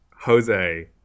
Jose